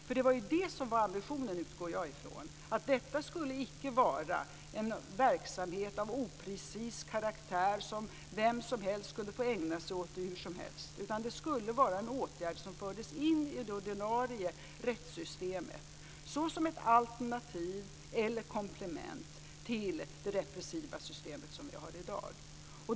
Jag utgår från att ambitionen var att detta icke skulle vara en verksamhet av oprecis karaktär, som vem som helst skulle få ägna sig åt hur som helst, utan det skulle vara en åtgärd som fördes in i det ordinarie rättssystemet som ett alternativ eller ett komplement till det repressiva system som vi har i dag.